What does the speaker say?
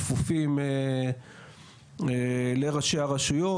כפופים לראשי הרשויות.